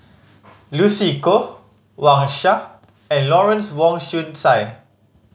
Lucy Koh Wang Sha and Lawrence Wong Shyun Tsai